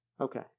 Okay